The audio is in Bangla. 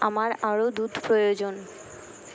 আমার আরও দুধ প্রয়োজন